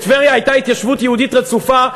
בטבריה הייתה התיישבות יהודית רצופה,